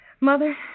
Mother